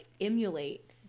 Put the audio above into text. emulate